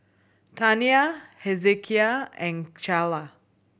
Tania Hezekiah and Calla